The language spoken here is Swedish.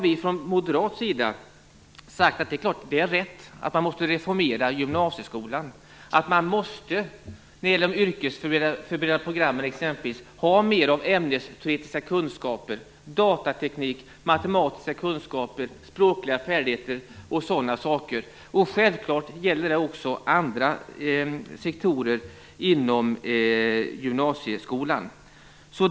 Vi moderater menar därför att man måste reformera gymnasieskolan, att det vad gäller de yrkesförberedande programmen måste finnas mer av ämnesteoretiska kunskaper, datateknik, matematiska kunskaper, språkliga färdigheter och liknande. Självfallet gäller det också andra sektorer inom gymnasieskolan.